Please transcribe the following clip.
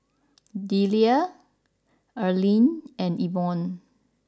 Deliah Earlean and Evon